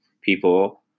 people